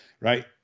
right